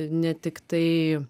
ne tiktai